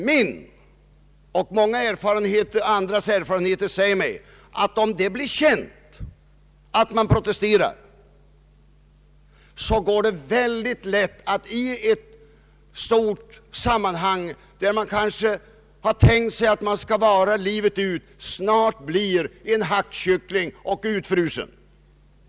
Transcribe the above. Mina och många andras erfarenheter säger mig att det är mycket lätt hänt i ett stort sammanhang, där någon tänkt sig att vara livet ut, att han snart blir hackkyckling och utfrusen om det blir känt att han protesterar.